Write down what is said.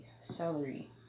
celery